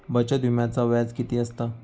बचत विम्याचा व्याज किती असता?